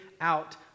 out